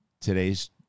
today's